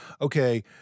okay